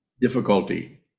Difficulty